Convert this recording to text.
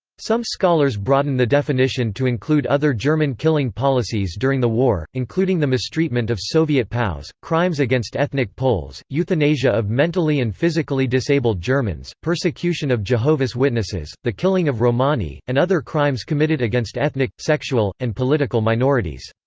some scholars broaden the definition to include other german killing policies during the war, including the mistreatment of soviet pows, crimes against ethnic poles, euthanasia of mentally and physically disabled germans, persecution of jehovah's witnesses, the killing of romani, and other crimes committed against ethnic, sexual, and political minorities.